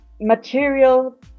material